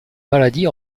maladies